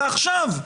ועכשיו,